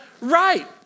right